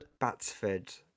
Batsford